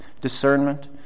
discernment